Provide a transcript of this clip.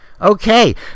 Okay